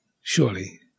surely